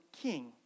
king